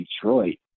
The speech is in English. Detroit